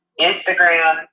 Instagram